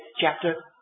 chapter